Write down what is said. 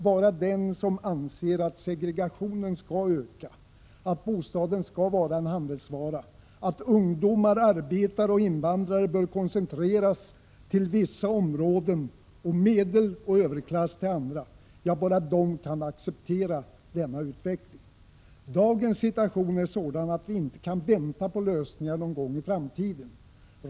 Bara den som anser att segregationen skall öka, att bostaden skall vara en handelsvara, att ungdomar, arbetare och invandrare bör koncentreras till vissa områden och medeloch överklass till andra, kan acceptera denna utveckling. Dagens situation är sådan att vi inte kan vänta på lösningar någon gång i framtiden.